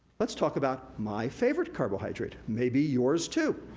let's talk about my favorite carbohydrate, maybe yours too.